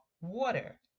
water